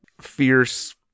fierce